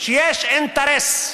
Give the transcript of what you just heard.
שיש אינטרס,